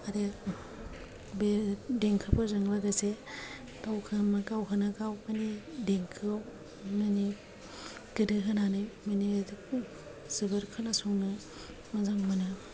आरो बे देंखोफोरजों लोगोसे गावखौनो गाव देंखोआव माने गोदो होनानै माने जोबोद खोना संनो मोजां मोनो